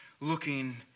looking